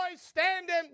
standing